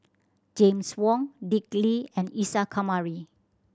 James Wong Dick Lee and Isa Kamari